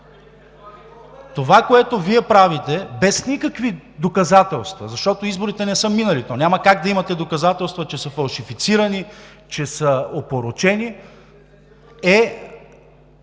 Това, което Вие правите – без никакви доказателства, защото изборите не са минали, то няма как да имате доказателства, че са фалшифицирани, че са опорочени,